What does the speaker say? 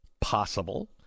Possible